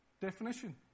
definition